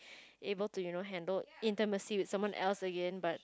able to you know handle intimacy with someone else again but